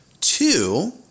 Two